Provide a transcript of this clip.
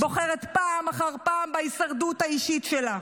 -- בוחרת פעם אחר פעם בהישרדות האישית שלה.